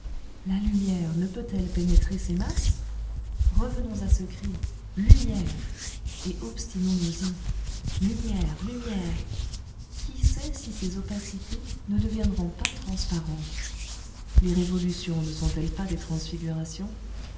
la lumière ne peut-elle pénétrer ces masses revenons à ce cri lumière et obstinons nous y lumière lumière qui sait si ces opacités ne deviendront pas transparentes les révolutions ne sont-elles pas des transfigurations